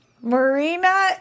Marina